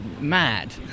mad